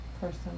person